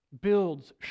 builds